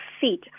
feet